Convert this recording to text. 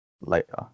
Later